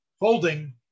holding